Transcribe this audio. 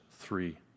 three